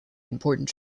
important